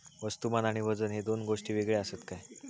वस्तुमान आणि वजन हे दोन गोष्टी वेगळे आसत काय?